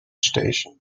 station